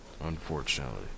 Unfortunately